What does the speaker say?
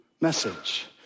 message